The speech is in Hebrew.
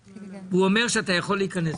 שאתה יכול להיכנס.